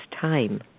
time